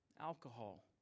alcohol